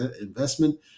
investment